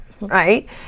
right